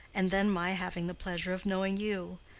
and then my having the pleasure of knowing you,